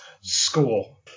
school